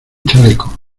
chaleco